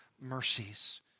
mercies